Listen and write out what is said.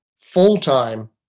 full-time